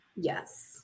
Yes